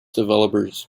developers